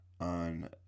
on